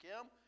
Kim